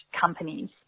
companies